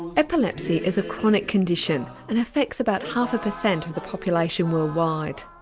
epilepsy is a chronic condition and affects about half a per cent of the population worldwide.